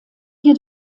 hier